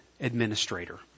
administrator